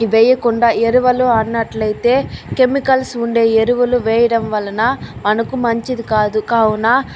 ఇవి వెయ్యకుండా ఈ ఎరువులు అన్నట్లయితే కెమికల్స్ ఉండే ఎరువలు వెయ్యడం వలన మనకు మంచిది కాదు కావున